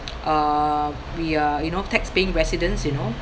uh we are you know tax-paying residents you know